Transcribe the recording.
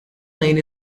lane